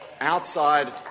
outside